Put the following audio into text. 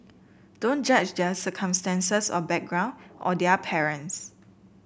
don't judge their circumstances or background or their parents